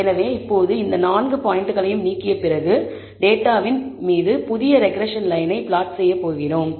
எனவே இப்போது இந்த நான்கு பாயிண்ட்களையும் நீக்கிய பிறகு டேட்டாகளின் மீது புதிய ரெக்ரெஸ்ஸன் லயனை பிளாட் செய்ய போகிறோம்